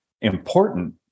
important